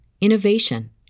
innovation